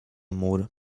mur